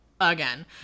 Again